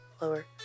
lower